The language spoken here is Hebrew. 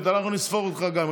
אנחנו נספור גם אותך.